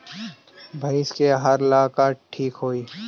भइस के आहार ला का ठिक होई?